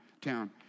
town